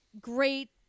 great